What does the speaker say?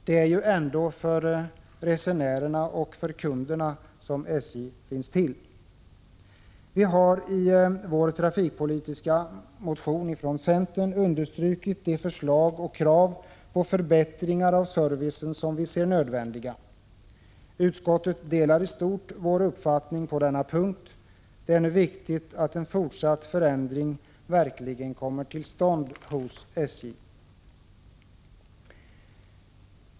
Det är ändå för resenärerna och kunderna som SJ finns till. Vi har i centerns trafikpolitiska motion understrukit de förslag och krav på förbättringar av servicen som vi anser är nödvändiga. Utskottet delar i stort vår uppfattning på denna punkt. Det är nu viktigt att en fortsatt förändring verkligen kommer till stånd hos SJ.